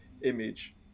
image